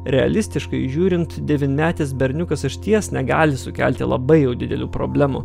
realistiškai žiūrint devynmetis berniukas išties negali sukelti labai jau didelių problemų